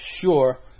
sure